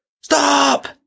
Stop